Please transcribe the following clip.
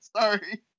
sorry